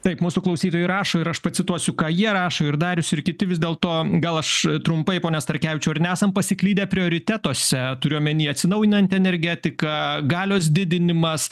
taip mūsų klausytojai rašo ir aš pacituosiu ką jie rašo ir darius ir kiti vis dėlto gal aš trumpai pone starkevičiau ar nesam pasiklydę prioritetuose turiu omeny atsinaujinanti energetika galios didinimas